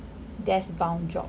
desk bound job